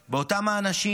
באותם האנשים,